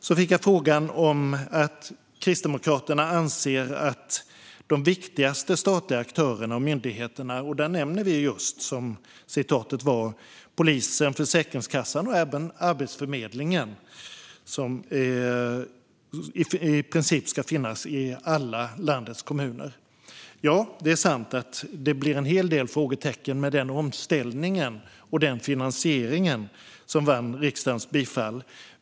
Jag fick en fråga om vad Kristdemokraterna anser om de viktigaste statliga aktörerna och myndigheterna. Där nämner vi just, såsom citerades, polisen, Försäkringskassan och även Arbetsförmedlingen, som i princip ska finnas i alla landets kommuner. Ja, det är sant att det blir en hel del frågetecken med den omställning och finansiering som vann riksdagens bifall.